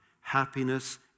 happiness